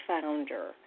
founder